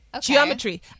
Geometry